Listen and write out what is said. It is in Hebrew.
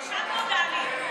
עכשיו נודע לי.